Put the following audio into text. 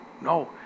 no